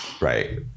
Right